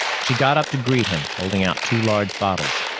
she got up to greet him, holding out two large bottles.